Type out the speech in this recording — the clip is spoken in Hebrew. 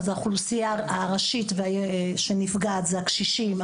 האוכלוסייה הראשית שנפגעת זה הקשישים,